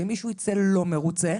אם מישהו יצא לא מרוצה,